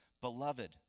Beloved